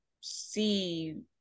see